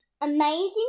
amazing